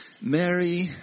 Mary